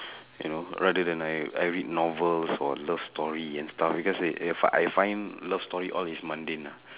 you know rather than I I read novels or love story and stuff because eh I f~ I find love story all is mundane ah